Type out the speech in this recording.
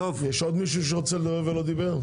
יש עוד מישהו שרוצה לדבר ולא דיבר?